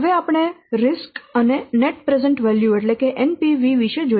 હવે આપણે જોખમો અને નેટ પ્રેઝન્ટ વેલ્યુ વિષે જોઈએ